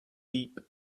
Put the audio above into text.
deep